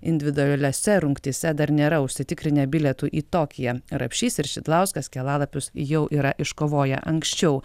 individualiose rungtyse dar nėra užsitikrinę bilietų į tokiją rapšys ir šidlauskas kelialapius jau yra iškovoję anksčiau